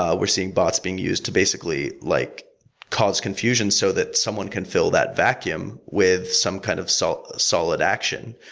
ah we're seeing bots being used to basically like cause confusion so that someone can fill that vacuum with some kind of solid solid action.